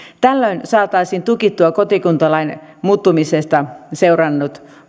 tällöin saataisiin tukittua kotikuntalain muuttumisesta seurannut